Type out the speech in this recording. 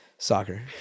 Soccer